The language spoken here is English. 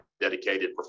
dedicated